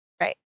right